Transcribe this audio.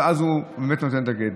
אז הוא באמת נותן את הגט.